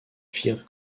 firent